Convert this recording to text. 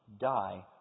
die